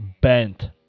Bent